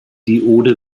diode